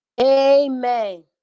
amen